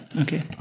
Okay